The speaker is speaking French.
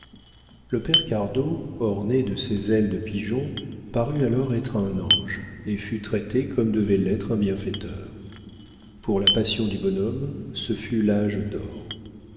le père cardot orné de ses ailes de pigeon parut alors être un ange et fut traité comme devait l'être un bienfaiteur pour la passion du bonhomme ce fut l'âge d'or